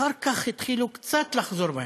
אחר כך התחילו קצת לחזור בהם.